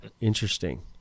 Interesting